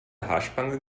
haarspange